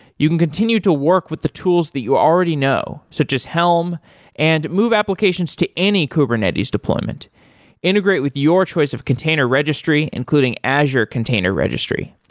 you can continue to work with the tools that you already know, so just helm and move applications to any kubernetes deployment integrate with your choice of container registry, including azure container registry.